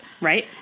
right